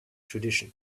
tradition